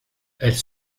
elles